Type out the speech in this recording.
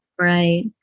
right